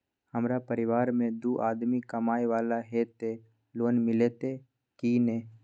हमरा परिवार में दू आदमी कमाए वाला हे ते लोन मिलते की ने?